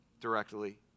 directly